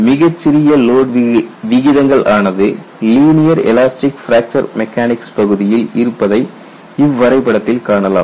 மிகச் சிறிய லோட் விகிதங்கள் ஆனது லீனியர் எலாஸ்டிக் பிராக்சர் மெக்கானிக்ஸ் பகுதியில் இருப்பதை இவ்வரைபடத்தில் காணலாம்